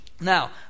Now